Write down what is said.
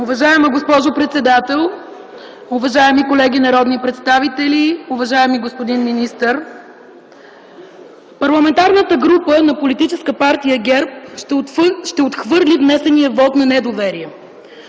Уважаема госпожо председател, уважаеми колеги народни представители, уважаеми господин министър! Парламентарната група на Политическа партия ГЕРБ ще отхвърли внесения вот на недоверие,